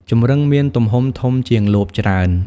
ចម្រឹងមានទំហំធំជាងលបច្រើន។